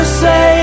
say